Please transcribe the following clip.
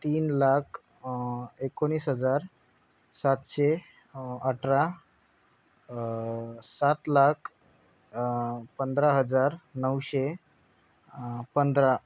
तीन लाख एकोनीस हजार सातशे अठरा सात लाख पंधरा हजार नऊशे पंधरा